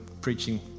preaching